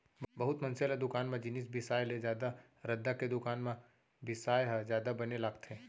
बहुत मनसे ल दुकान म जिनिस बिसाय ले जादा रद्दा के दुकान म बिसाय ह जादा बने लागथे